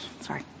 Sorry